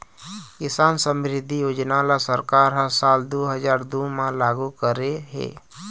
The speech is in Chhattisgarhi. किसान समरिद्धि योजना ल सरकार ह साल दू हजार दू म लागू करे हे